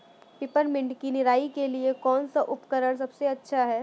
Peppermint की निराई के लिए कौन सा उपकरण सबसे अच्छा है?